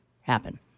happen